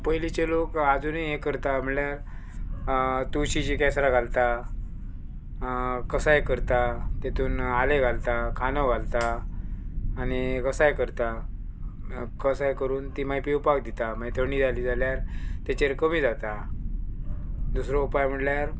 पयलींचे लोक आजुनूय हें करता म्हणल्यार तुळशीची केसरां घालता कसाय करता तेतून आलें घालता कांदो घालता आनी कसाय करता कसाय करून ती मागीर पिवपाक दिता मागीर थंडी जाली जाल्यार तेचेर कमी जाता दुसरो उपाय म्हणल्यार